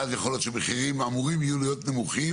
ואז יכול להיות שמחירים אמורים יהיו להיות נמוכים,